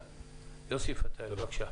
יוסי פתאל, בבקשה.